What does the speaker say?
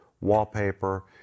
wallpaper